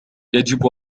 يجب